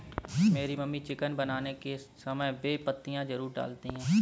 मेरी mummy chicken बनाने के समय बे पत्तियां जरूर डालती हैं